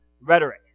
rhetoric